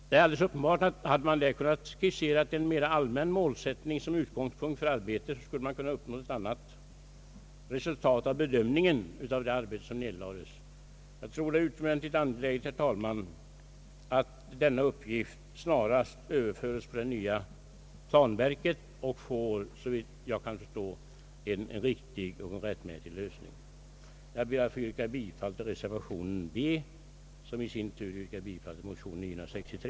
Det är alldeles uppenbart att om man där hade kunnat skissera en mera allmän målsättning som utgångspunkt för arbetet, skulle man också ha uppnått ett annat resultat vid bedömningen av det arbete som nedlades. Det är utomordentligt angeläget, herr talman, att denna uppgift snarast överföres på det nya planverket och får, såvitt jag förstår, en riktig och rättmätig lösning. Jag ber, herr talman, att få yrka bifall till reservationen b, som i sin tur yrkar bifall till motionen II: 963.